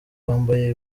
wambaye